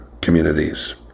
communities